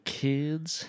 kids